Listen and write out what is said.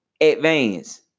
advance